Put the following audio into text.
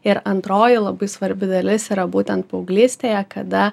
ir antroji labai svarbi dalis yra būtent paauglystėje kada